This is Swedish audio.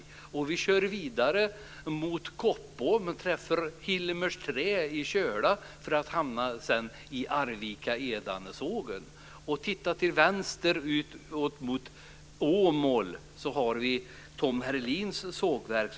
Vi kör vidare mot Koppom och träffar Hillmers trä i Köla för att sedan hamna i Arvika med Edane Sågen. Om vi tittar till vänster ut mot Åmål har vi Tom Heurlins sågverk.